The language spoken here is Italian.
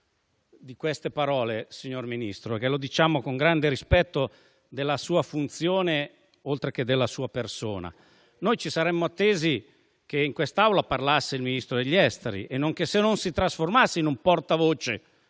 di queste parole e lo diciamo con grande rispetto della sua funzione, oltre che della sua persona. Ci saremmo attesi che in quest'Aula parlasse il Ministro degli affari esteri e che lei non si trasformasse in un portavoce